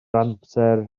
amser